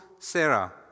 Sarah